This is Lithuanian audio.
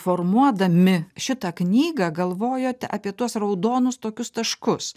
formuodami šitą knygą galvojote apie tuos raudonus tokius taškus